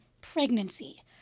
pregnancy